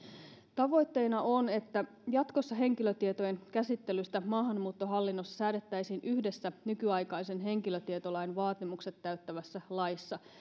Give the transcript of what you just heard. tavoitteena on että jatkossa henkilötietojen käsittelystä maahanmuuttohallinnossa säädettäisiin yhdessä nykyaikaisen henkilötietolain vaatimukset täyttävässä laissa